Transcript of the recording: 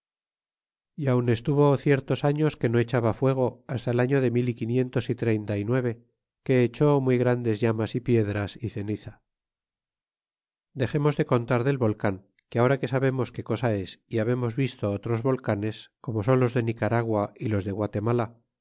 y aun estuvo ciertos años que no echaba fuego hasta el año de mil y quinientos y treinta y nueve que echó muy grandes llamas y piedras y ceniza dexemos de contar del volean que ahora que sabemos qué cosa es y habernos visto otros volcanes como son los de nicaragua y los de guatemala